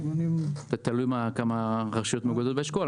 תלוי כמה רשויות מאוגדות באשכול.